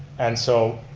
and so,